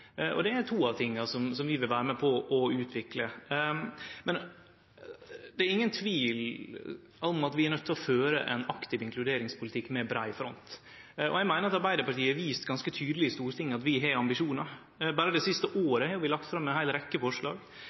lønstilskot. Det er to av tinga som vi vil vere med på utvikle. Det er ingen tvil om at vi er nøydde til å føre ein aktiv inkluderingspolitikk med brei front, og eg meiner at vi i Arbeidarpartiet har vist ganske tydeleg i Stortinget at vi har ambisjonar. Berre det siste året har vi lagt fram ei heil rekkje forslag,